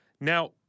Now